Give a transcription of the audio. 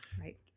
Right